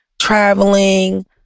traveling